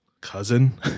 cousin